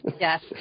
Yes